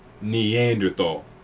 Neanderthal